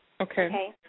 Okay